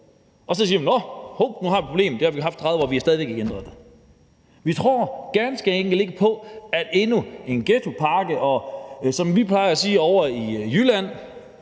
og siger: Nå, hov, nu har vi et problem. Det har vi haft i 30 år, men vi har stadig væk ikke ændret det. Vi tror ganske enkelt ikke på endnu en ghettopakke, og som vi plejer at sige ovre i Jylland,